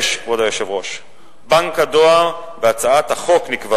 6. בנק הדואר, בהצעת החוק נקבע